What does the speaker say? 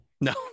No